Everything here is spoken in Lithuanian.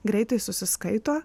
greitai susiskaito